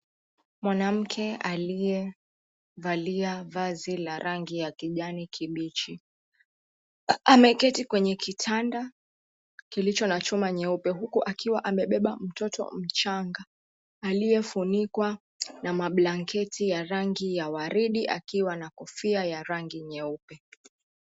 Mwanamke aliyevalia vazi la rangi ya kijani kibichi ameketi kwenye kitanda kilicho na chuma nyeupe huku akiwa amebeba mtoto mchanga aliyefunikwa na mablanketi ya rangi ya waridi huku akiwa na kofia ya rangi nyeupe.